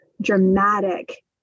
dramatic